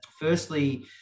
Firstly